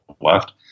left